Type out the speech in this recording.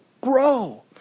grow